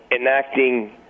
enacting